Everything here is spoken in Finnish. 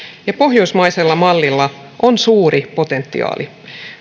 ja pohjoismaisella mallilla on suuri potentiaali